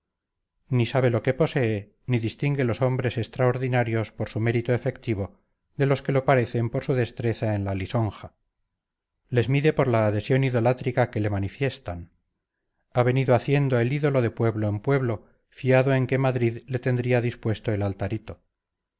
ni sabe lo que posee ni distingue los hombres extraordinarios por su mérito efectivo de los que lo parecen por su destreza en la lisonja les mide por la adhesión idolátrica que le manifiestan ha venido haciendo el ídolo de pueblo en pueblo fiado en que madrid le tendría dispuesto el altarito